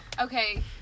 Okay